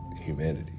humanity